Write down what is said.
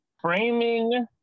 framing